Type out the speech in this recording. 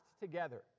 together